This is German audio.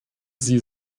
sie